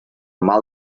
mal